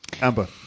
Amber